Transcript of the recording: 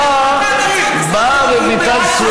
נשים בארץ,